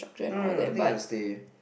no no no the thing is they